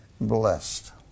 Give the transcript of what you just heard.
blessed